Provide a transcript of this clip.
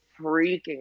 freaking